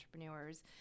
entrepreneurs